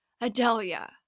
Adelia